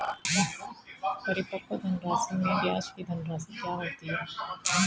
परिपक्व धनराशि में ब्याज की धनराशि क्या होती है?